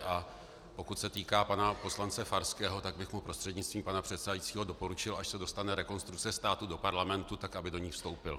A pokud se týká pana poslance Farského, prostřednictvím pana předsedajícího bych mu doporučil, až se dostane Rekonstrukce státu do Parlamentu, aby do ní vstoupil.